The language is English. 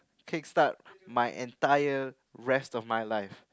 kickstart my entire rest of my life